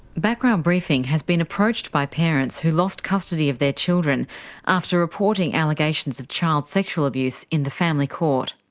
background briefing has been approached by parents who lost custody of their children after reporting allegations of child sexual abuse in the family court.